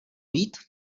být